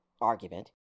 argument